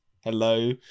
Hello